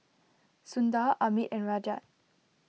Sundar Amit and Rajat